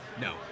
No